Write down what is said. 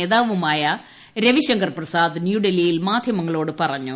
നേതാവുമായ രവിശങ്കർ പ്രസാദ് ന്യൂഡൽഹിയിൽ മാധ്യമങ്ങളോട് പറഞ്ഞു